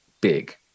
big